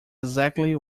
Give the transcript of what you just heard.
exactly